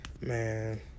man